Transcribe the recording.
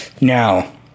Now